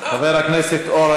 חברת הכנסת עאידה תומא סלימאן.